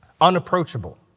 unapproachable